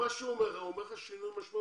מה שהוא אומר לך, הוא אומר לך שינוי משמעותי.